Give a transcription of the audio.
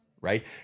Right